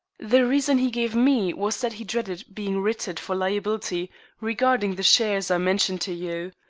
the reason he gave me was that he dreaded being writted for liability regarding the shares i mentioned to you.